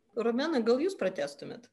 romena gal jūs pratęstumėt